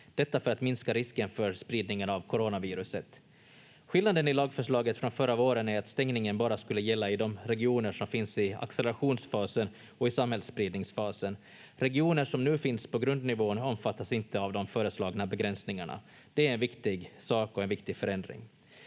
Detta för att minska risken för spridningen av coronaviruset. Skillnaden i lagförslaget från förra våren är att stängningen bara skulle gälla i de regioner som finns i accelerationsfasen och i samhällsspridningsfasen. Regioner som nu finns på grundnivån omfattas inte av de föreslagna begränsningarna. Det är en viktig sak och en viktig förändring,